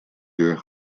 deur